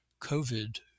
COVID